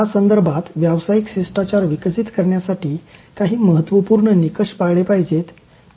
या संदर्भात व्यावसायिक शिष्टाचार विकसित करण्यासाठी काही महत्त्वपूर्ण निकष पाळले पाहिजेत